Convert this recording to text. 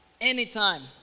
anytime